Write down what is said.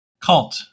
Cult